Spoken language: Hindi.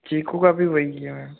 चीकू का भी वही है मैम